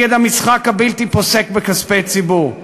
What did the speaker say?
נגד המשחק הבלתי-פוסק בכספי ציבור.